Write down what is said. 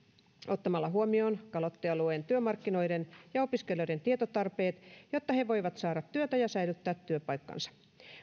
ottamalla huomioon kalottialueen työmarkkinoiden ja opiskelijoiden tietotarpeet jotta he voivat saada työtä ja säilyttää työpaikkansa